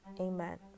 amen